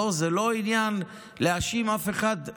בוא, זה לא עניין להאשים אף אחד.